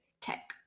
tech